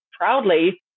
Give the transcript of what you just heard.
proudly